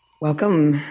Welcome